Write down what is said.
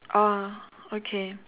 oh okay